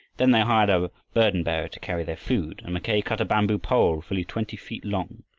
then they hired a burdenbearer to carry their food, and mackay cut a bamboo pole, fully twenty feet long,